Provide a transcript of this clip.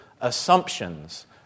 assumptions